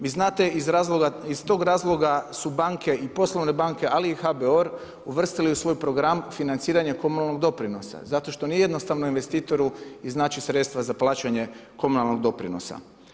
Vi znate, iz tog razloga su banke i poslovne bake, ali HBOR uvrstili u svoj program financiranje komunalnog doprinosa, zato što nije jednostavno investitoru iznaći sredstva za plaćanje komunalnog doprinosa.